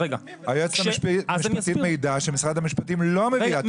רגע --- היועצת המשפטים מעידה שמשרד המשפטים לא מביאה --- רגע,